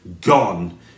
gone